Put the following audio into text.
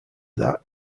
that